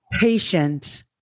patient